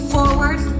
Forward